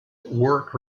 work